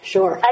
Sure